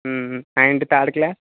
and third class